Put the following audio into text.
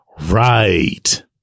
Right